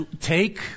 take